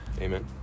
Amen